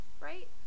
right